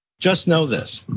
just know this,